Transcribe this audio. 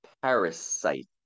Parasite